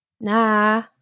nah